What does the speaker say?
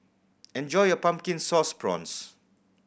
enjoy your Pumpkin Sauce Prawns